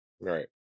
Right